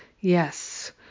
Yes